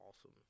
awesome